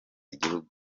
igihugu